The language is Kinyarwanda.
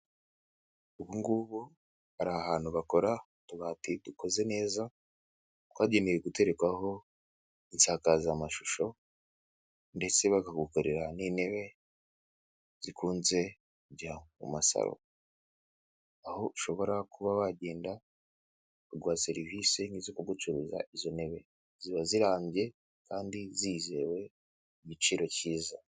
Ubu ngubu hari ahantu bakora utubati dukoze neza twagenewe guterekwaho insakazamashusho ndetse bakagukorera n'intebe zikunze kujya mu masaro, aho ushobora kuba wagenda bakaguha serivise nk'izo kugucururiza izo ntebe, ziba zirambye kandi zizewe ku giciro cyiza.